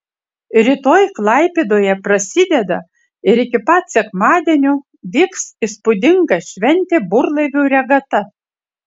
rytoj klaipėdoje prasideda ir iki pat sekmadienio vyks įspūdinga šventė burlaivių regata